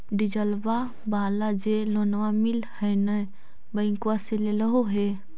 डिजलवा वाला जे लोनवा मिल है नै बैंकवा से लेलहो हे?